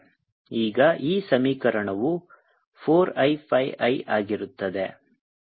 4I1I12I13I20 V 7I13I20V ಈಗ ಈ ಸಮೀಕರಣವು 4 I 5 I ಆಗುತ್ತದೆ